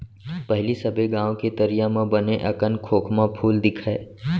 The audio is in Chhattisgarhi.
पहिली सबे गॉंव के तरिया म बने अकन खोखमा फूल दिखय